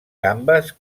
gambes